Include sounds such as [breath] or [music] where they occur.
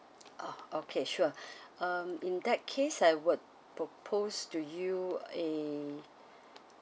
oh okay sure [breath] um in that case I would propose to you a